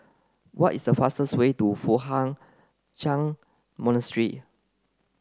what is the fastest way to Foo Hai Ch'an Monastery